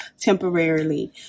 temporarily